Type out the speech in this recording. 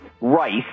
rice